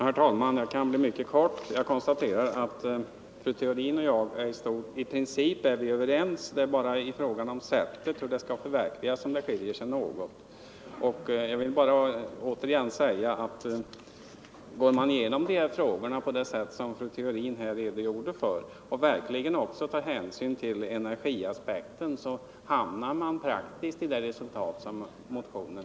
Herr talman! Jag kan fatta mig mycket kort och bara konstatera att fru Theorin och jag i princip är överens. Det är bara när det gäller sättet för förverkligandet som vi skiljer oss åt något. Jag upprepar att om man går igenom dessa frågor såsom fru Theorin här gjorde och även tar hänsyn till energiaspekten, så hamnar man praktiskt i de krav som anges i motionen.